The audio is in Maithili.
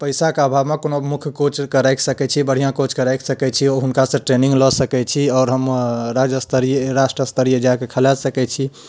पैसाके अभाओमे कोनो मुख्य कोचके राखि सकैत छी बढ़िआँ कोचके राखि सकैत छी ओ हुनकासँ ट्रेनिङ्ग लऽ सकैत छी आओर हम राजस्तरीय राष्ट्रस्तरीय जाय कऽ खेलाय सकैत छी